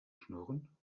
schnurren